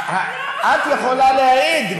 את יכולה להעיד,